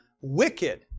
wicked